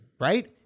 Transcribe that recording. right